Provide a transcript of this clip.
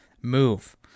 move